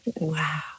Wow